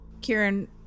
Kieran